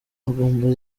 amagambo